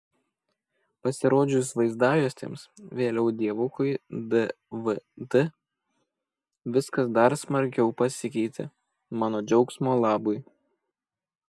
pasirodžius vaizdajuostėms vėliau dievukui dvd viskas dar smarkiau pasikeitė mano džiaugsmo labui